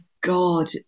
god